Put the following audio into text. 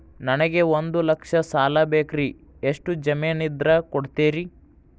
ನನಗೆ ಒಂದು ಲಕ್ಷ ಸಾಲ ಬೇಕ್ರಿ ಎಷ್ಟು ಜಮೇನ್ ಇದ್ರ ಕೊಡ್ತೇರಿ?